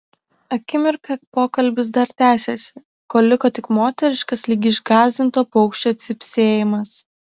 akimirką pokalbis dar tęsėsi kol liko tik moteriškas lyg išgąsdinto paukščio cypsėjimas